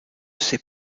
ses